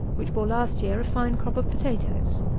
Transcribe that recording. which bore last year a fine crop of potatoes.